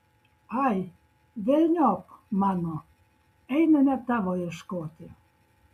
ai velniop mano einame tavo ieškoti